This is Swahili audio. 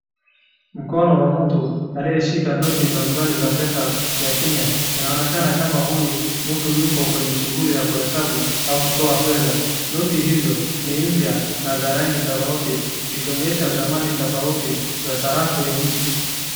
Mkono wa mtu aliyeshika noti mbalimbali za pesa ya Kenya. Inaonekana kama huyu mtu yuko kwenye shughuli ya kuhesabu au kutoa fedha. Noti hizo ni mpya na za rangi tofauti zikionyesha thamani tofauti za sarafu ya nchi.